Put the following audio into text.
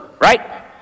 right